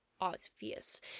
obvious